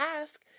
ask